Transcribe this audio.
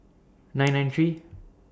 nine nine three